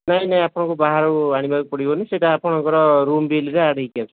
ନାଇଁ ନାଇଁ ଆପଣଙ୍କୁ ବାହାରୁ ଆଣିବାକୁ ପଡ଼ିବନି ସେଇଟା ଆପଣଙ୍କର ରୁମ୍ ବିଲ୍ରେ ଆଡ୍ ହୋଇକି ଅଛି